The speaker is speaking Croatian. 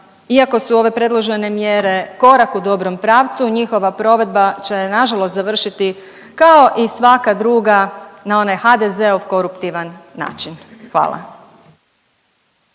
iako su ove predložene mjere korak u dobrom pravcu njihova provedba će nažalost završiti kao i svaka druga na HDZ-ov koruptivan način. Hvala.